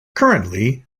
currently